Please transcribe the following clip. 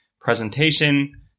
presentation